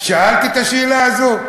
שאלת את השאלה הזאת?